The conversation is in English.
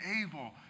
able